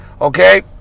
okay